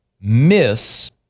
miss